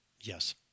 Yes